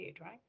right